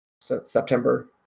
September